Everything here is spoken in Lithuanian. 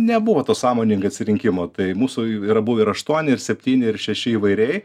nebuvo to sąmoningai atsirinkimo tai mūsų i yra buvę ir aštuoni ir septyni ir šeši įvairiai